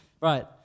Right